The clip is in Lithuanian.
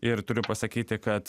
ir turiu pasakyti kad